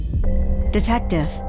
Detective